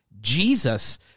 jesus